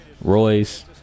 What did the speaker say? Royce